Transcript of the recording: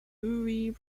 louis